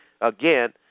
Again